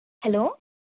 hello